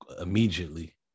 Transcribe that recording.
immediately